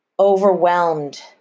overwhelmed